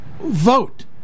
vote